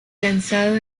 lanzado